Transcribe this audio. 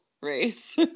race